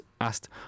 asked